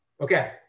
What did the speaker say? Okay